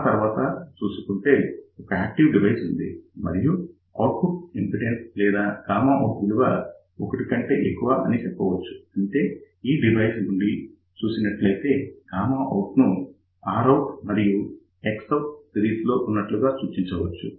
ఆ తర్వాత ఒక యాక్టీవ్ డివైస్ ఉంది మరియు ఔట్పుట్ ఇంపిడెన్స్ లేదా గామా అవుట్ విలువ 1 కంటే ఎక్కువ అని చెప్పవచ్చు అంటే ఈ డివైస్ నుండి చూసినట్లయితే గామా అవుట్ ను Rout మరియు Xout సిరీస్ లో ఉన్నట్లుగా సూచించవచ్చు